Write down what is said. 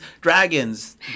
dragons